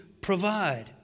provide